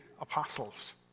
apostles